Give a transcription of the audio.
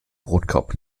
brotkorb